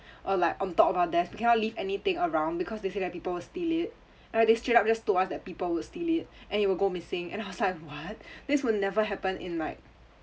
or like on top of our desks we cannot leave anything around because they say like people will steal it they straight up just told us that people would steal it and it will go missing and I was like what this will never happen in like